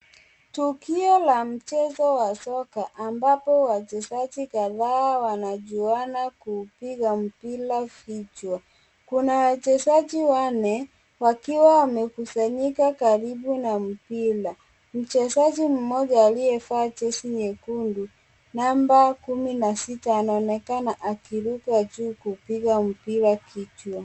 Tukio la mchezo wa soka ambapo wachezaji kadhaa wanachuana kuupiga mpira vichwa. Kuna wachezaji wanne wakiwa wamekusanyika karibu na mpira. Mchezaji mmoja aliyevaa jezi nyekundu; namba kumi na sita anaonekana akiruka juu kuupiga mpira kichwa.